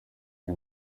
uyu